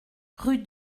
rue